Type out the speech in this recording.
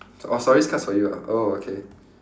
oh sorry this card's for you oh okay